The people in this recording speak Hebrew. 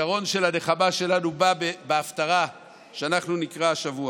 הפתרון של הנחמה שלנו בא בהפטרה שאנחנו נקרא השבוע,